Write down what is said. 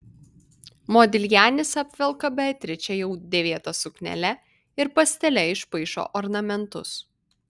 modiljanis apvelka beatričę jau dėvėta suknele ir pastele išpaišo ornamentus